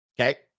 okay